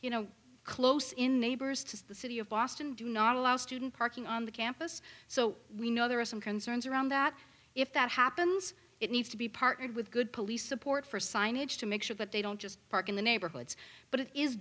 you know close in neighbors to the city of boston do not allow student parking on the campus so we know there are some concerns around that if that happens it needs to be partnered with good police support for signage to make sure that they don't just park in the neighborhoods but it is